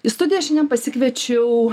į studiją šiandien pasikviečiau